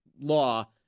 law